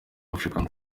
african